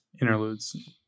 interludes